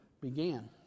began